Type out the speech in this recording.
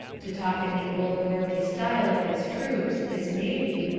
to talk in the old lordly style of his troops, his navy,